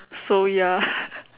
so ya